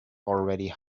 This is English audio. already